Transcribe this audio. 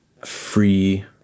free